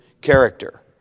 character